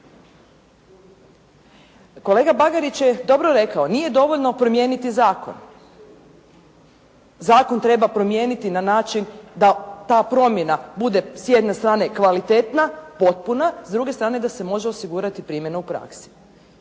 Kolega Bagarić je dobro rekao, nije dovoljno promijeniti zakon, zakon treba promijeniti na način da ta promjena bude s jedne strane kvalitetna, potpuna, s druge strane da se može osigurati primjena u praksi.